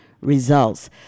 results